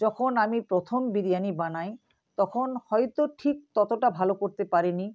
যখন আমি প্রথম বিরিয়ানি বানাই তখন হয়তো ঠিক ততটা ভালো করতে পারিনি